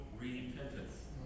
repentance